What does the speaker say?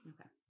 okay